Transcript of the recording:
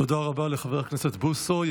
תודה רבה לחבר הכנסת בוסו.